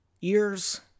ears